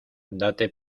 date